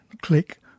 click